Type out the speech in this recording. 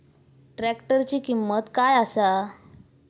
ट्रॅक्टराची किंमत काय आसा?